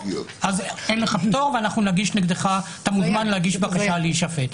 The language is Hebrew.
אז אין לך פטור ואתה מוזמן להגיש בקשה להישפט.